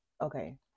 Okay